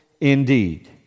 indeed